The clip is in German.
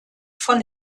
von